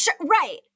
Right